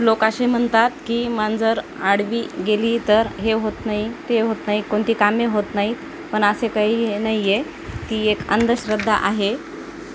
लोक असे म्हणतात की मांजर आडवी गेली तर हे होत नाही ते होत नाही कोणती कामे होत नाही पण असे काही नाही आहे ती एक अंधश्रद्धा आहे